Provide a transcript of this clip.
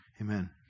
Amen